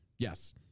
Yes